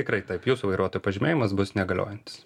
tikrai taip jūsų vairuotojo pažymėjimas bus negaliojantis